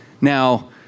Now